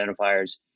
identifiers